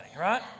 right